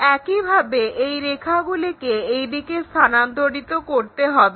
একইভাবে এই রেখাগুলিকে এইদিকে স্থানান্তরিত করতে হবে